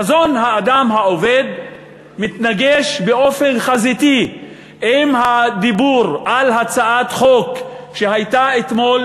חזון האדם העובד מתנגש באופן חזיתי עם הדיבור על הצעת חוק שהייתה אתמול,